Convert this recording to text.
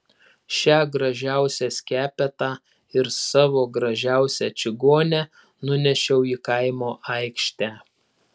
šią gražiausią skepetą ir savo gražiausią čigonę nunešiau į kaimo aikštę